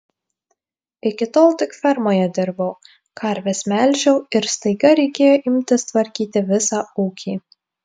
iki tol tik fermoje dirbau karves melžiau ir staiga reikėjo imtis tvarkyti visą ūkį